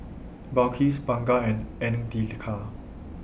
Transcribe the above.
Balqis Bunga and Andika